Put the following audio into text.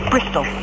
Bristol